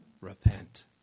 repent